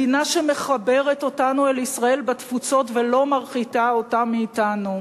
מדינה שמחברת אותנו אל ישראל בתפוצות ולא מרחיקה אותם מאתנו.